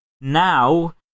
now